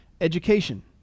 education